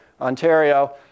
Ontario